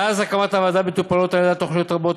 מאז הקמת הוועדה מטופלות על-ידיה תוכניות רבות,